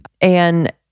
And-